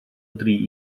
dri